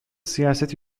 siyaseti